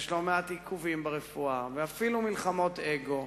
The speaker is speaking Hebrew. יש לא מעט עיכובים ברפואה, ואפילו מלחמות אגו,